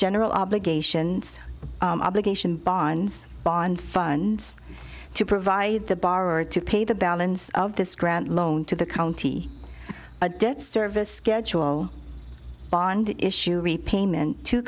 general obligations obligation bonds bond funds to provide the borrower to pay the balance of this grant loan to the county a debt service schedule bond issue repayment to